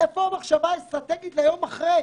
איפה המחשבה האסטרטגית על היום שאחרי?